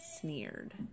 sneered